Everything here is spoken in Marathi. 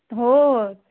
हो